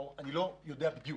אני לא יודע בדיוק.